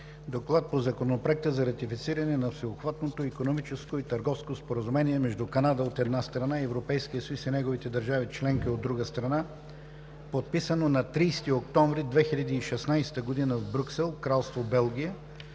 „ДОКЛАД по Законопроекта за ратифициране на Всеобхватното икономическо и търговско споразумение между Канада, от една страна, и Европейския съюз и неговите държави членки, от друга страна, подписано на 30 октомври 2016 г. в Брюксел, Кралство Белгия,